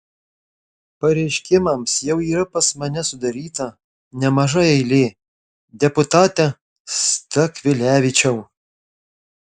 pareiškimams jau yra pas mane sudaryta nemaža eilė deputate stakvilevičiau